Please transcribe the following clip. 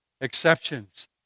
exceptions